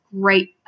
great